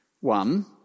One